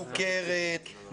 סוכרת,